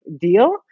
deal